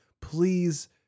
Please